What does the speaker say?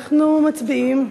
אנחנו מצביעים.